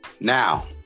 Now